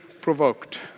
provoked